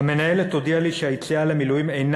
"המנהלת הודיעה לי שהיציאה למילואים אינה